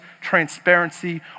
transparency